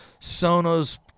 Sonos